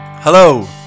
Hello